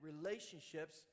relationships